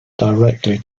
directly